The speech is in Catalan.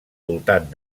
voltant